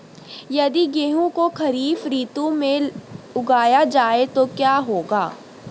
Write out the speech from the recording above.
यदि गेहूँ को खरीफ ऋतु में उगाया जाए तो क्या होगा?